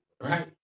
Right